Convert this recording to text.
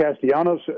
Castellanos